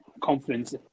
confidence